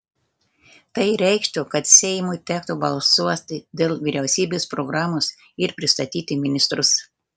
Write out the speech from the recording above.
tai reikštų kad seimui tektų balsuoti dėl vyriausybės programos ir pristatyti ministrus